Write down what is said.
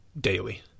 daily